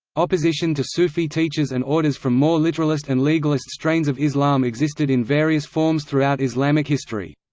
opposition to sufi teachers and orders from more literalist and legalist strains of islam existed in various forms throughout islamic history.